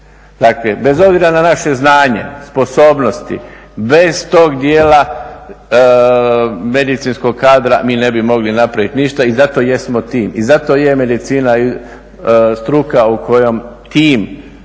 Dakle, bez obzira na naše znanje, sposobnosti bez tog dijela medicinskog kadra mi ne bi mogli napraviti ništa i zato jesmo tim i zato je medicina struka u kojoj tim